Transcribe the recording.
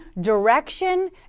direction